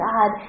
God